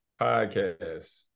podcast